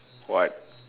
what